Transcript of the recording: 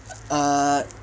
err